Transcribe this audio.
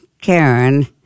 Karen